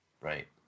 Right